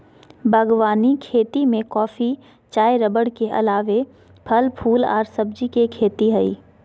बागवानी खेती में कॉफी, चाय रबड़ के अलावे फल, फूल आर सब्जी के खेती हई